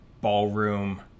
ballroom